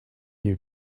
you